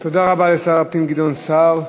יש פה, תודה רבה לשר הפנים גדעון סער.